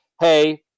hey